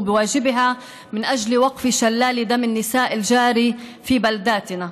לבנות ולבני עמי אני אומרת: